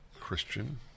Christian